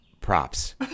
props